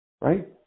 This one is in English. right